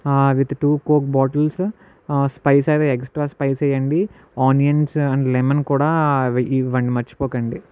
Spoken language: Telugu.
with two coke bottles spice అవి ఎక్సట్రా స్పైస్ వెయ్యండి ఆనియన్స్ అండ్ లెమన్ కూడా ఇవ్వండి మర్చిపోకండి